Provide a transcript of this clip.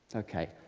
ok.